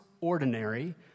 ordinary